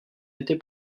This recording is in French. été